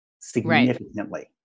Significantly